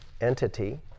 entity